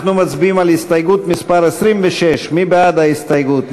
אנחנו מצביעים על הסתייגות 26. במי בעד ההסתייגות?